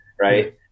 right